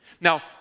Now